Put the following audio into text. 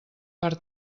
per